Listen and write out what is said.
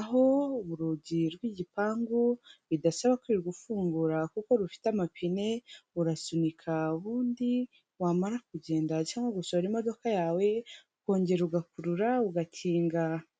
aho urugi rw'igipangu bidasaba kwirirwa ufungura, kuko rufite amapine, urasunika ubundi wamara kugenda cyangwa gusora imodoka yawe, ukongera ugakurura ugakinga.